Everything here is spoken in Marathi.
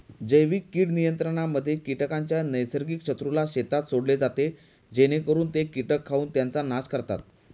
जैविक कीड नियंत्रणामध्ये कीटकांच्या नैसर्गिक शत्रूला शेतात सोडले जाते जेणेकरून ते कीटक खाऊन त्यांचा नाश करतात